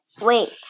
Wait